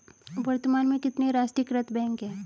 वर्तमान में कितने राष्ट्रीयकृत बैंक है?